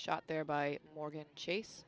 shot there by morgan chase